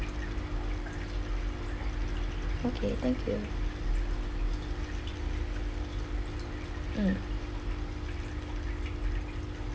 okay thank you mm